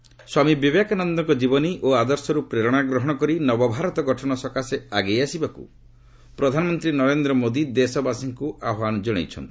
PM Swami ବିବେକାନନ୍ଦଙ୍କ ଜୀବନୀ ଓ ଆଦର୍ଶରୁ ପ୍ରେରଣା ଗ୍ରହଣ କରି ନବଭାରତ ଗଠନ ସକାଶେ ଆଗେଇ ଆସିବାକୁ ପ୍ରଧାନମନ୍ତ୍ରୀ ନରେନ୍ଦ୍ର ମୋଦି ଦେଶବାସୀଙ୍କୁ ଆହ୍ୱାନ ଜଣାଇଛନ୍ତି